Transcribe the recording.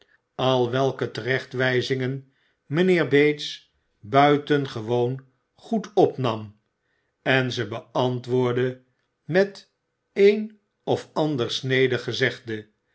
al welke terechtwijzingen mijnheer bates builengewoon goed opnam en ze beantwoordde met een of ander snedig gezegde